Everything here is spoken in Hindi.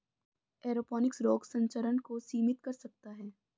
एरोपोनिक्स रोग संचरण को सीमित कर सकता है